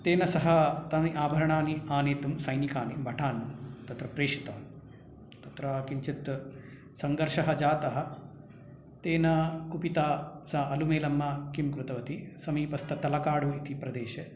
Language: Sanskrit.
तेन सः तानि आभराणि आनेतुं सैनिकानि भटानि तत्र प्रेषितं तत्र किञ्चित् सङ्घर्षः जातः तेन कुपिता सा अलमेलम्मा किं कृतवती समीपस्थतलकाडु इति प्रदेशे